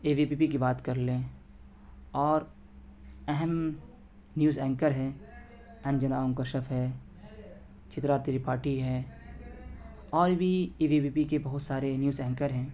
اے B V P کی بات کر لیں اور اہم نیوز اینکر ہیں انجنا اوم کشف ہے چترا ترپاٹھی ہے اور بھی اے وی بی پی کے بہت سارے نیوز اینکر ہیں